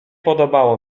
podobało